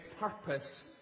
purpose